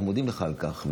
אנחנו מודים לך על כך.